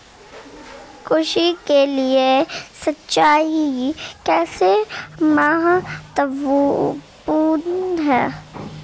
कृषि के लिए सिंचाई कैसे महत्वपूर्ण है?